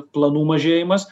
planų mažėjimas